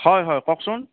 হয় হয় কওকচোন